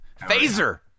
Phaser